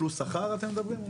בתלוש שכר אתם מדברים?